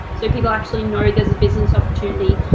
so people actually know there's a business opportunity.